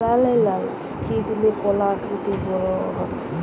কি দিলে কলা আকৃতিতে বড় হবে?